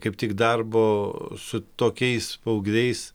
kaip tik darbo su tokiais paaugliais